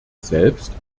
selbst